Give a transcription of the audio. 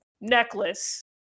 necklace